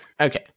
Okay